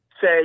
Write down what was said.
say